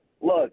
Look